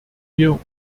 wir